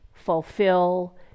fulfill